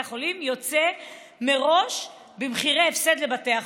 החולים יוצא מראש במחירי הפסד לבתי החולים.